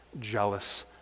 jealous